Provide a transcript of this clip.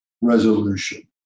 resolution